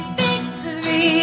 victory